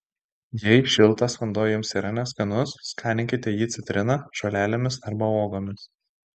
jei šiltas vanduo jums yra neskanus skaninkite jį citrina žolelėmis arba uogomis